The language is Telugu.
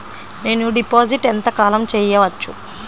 నేను డిపాజిట్ ఎంత కాలం చెయ్యవచ్చు?